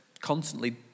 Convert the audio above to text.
constantly